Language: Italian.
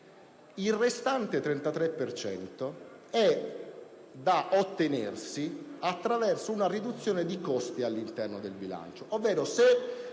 Il restante 33 per cento è da ottenersi attraverso una riduzione di costi all'interno del bilancio.